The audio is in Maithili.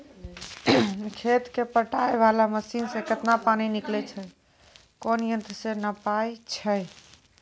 खेत कऽ पटाय वाला मसीन से केतना पानी निकलैय छै कोन यंत्र से नपाय छै